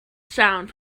sound